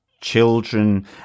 children